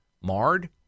marred